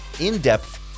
in-depth